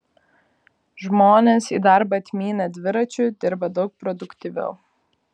žmonės į darbą atmynę dviračiu dirba daug produktyviau